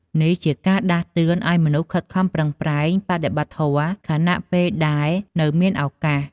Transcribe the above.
នេះជាការដាស់តឿនឱ្យមនុស្សខិតខំប្រឹងប្រែងបដិបត្តិធម៌ ខណៈពេលដែលនៅមានឱកាស។